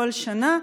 כל שנה,